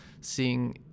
seeing